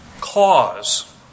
Cause